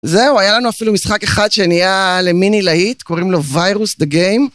זהו, היה לנו אפילו משחק אחד שנהיה למיני להיט, קוראים לו ויירוס דה גיים.